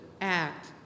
act